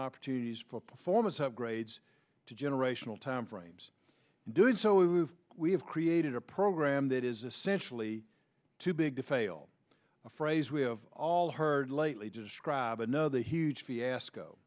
opportunities for performance upgrades to generational time frames doing so if we have created a program that is essentially too big to fail a phrase we have all heard lately describe another huge fiasco